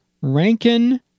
Rankin